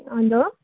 hello